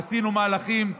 עשינו מהלכים,